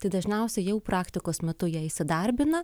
tai dažniausiai jau praktikos metu jie įsidarbina